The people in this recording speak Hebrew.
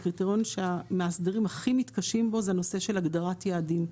הקריטריון שהמאסדרים הכי מתקשים בו זה הנושא של הגדרת יעדים.